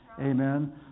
Amen